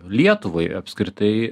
lietuvai apskritai